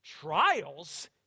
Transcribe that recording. Trials